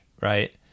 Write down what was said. right